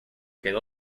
quedó